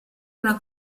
una